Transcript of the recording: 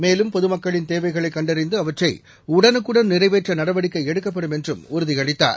மேலும் பொது மக்களின் தேவைகளை கண்டறிந்து அவற்றை உடனுக்குடன் நிறைவேற்ற நடவடிக்கை எடுக்கப்படும் என்றும் உறுதியளித்தார்